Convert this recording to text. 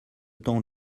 temps